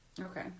Okay